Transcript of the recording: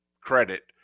credit